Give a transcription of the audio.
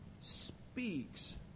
speaks